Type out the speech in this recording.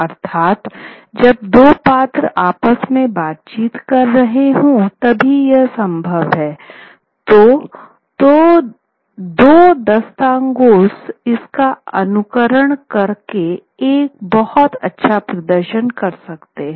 अर्थात् जब दो पात्र आपस में बातचीत कर रहे हों तभी यह संभव है तो दो दास्तांगोस इसका अनुकरण करके एक बहुत अच्छा प्रदर्शन कर सकते है